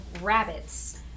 rabbits